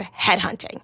headhunting